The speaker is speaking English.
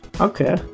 Okay